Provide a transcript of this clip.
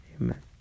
Amen